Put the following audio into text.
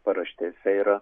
paraštėse yra